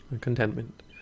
contentment